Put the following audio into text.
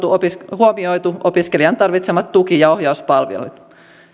huomioitu opiskelijan tarvitsemat tuki ja ohjauspalvelut